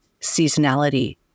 seasonality